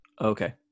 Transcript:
Okay